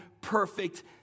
perfect